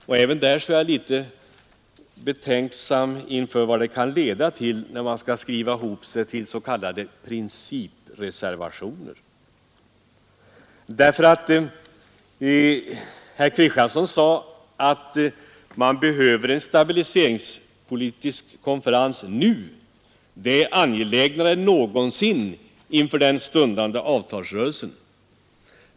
Jag är även där betänksam inför vad det kan leda till när ni skriver ihop er till s.k. principreservationer. Herr Kristiansson sade att man behöver en stabiliseringspolitisk konferens nu, det är angelägnare än någonsin inför den stundande avtalsrörelsen.